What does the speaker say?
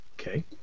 Okay